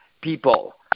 people